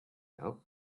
out